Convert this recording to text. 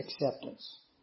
acceptance